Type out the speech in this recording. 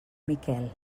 miquel